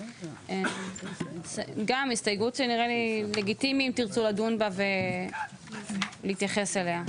זוהי גם הסתייגות שנראה שזה לגיטימי לדון בה ולהתייחס אליה.